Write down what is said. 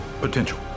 potential